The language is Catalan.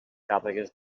càrregues